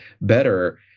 better